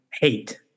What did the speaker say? hate